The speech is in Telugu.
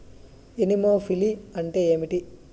ఎనిమోఫిలి అంటే ఏంటి?